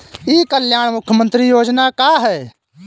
ई कल्याण मुख्य्मंत्री योजना का है?